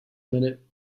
minute